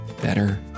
better